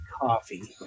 coffee